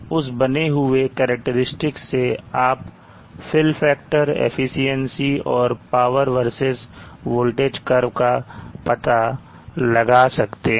उस बने हुए करैक्टेरिस्टिक्स से आप fill factor efficiency और पावर वर्सेस वोल्टेज curve का पता लगा सकते हैं